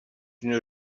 une